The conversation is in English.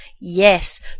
Yes